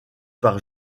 par